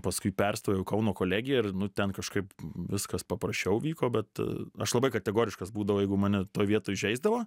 paskui perstojau į kauno kolegiją ir nu ten kažkaip viskas paprasčiau vyko bet aš labai kategoriškas būdavau jeigu mane toj vietoj įžeisdavo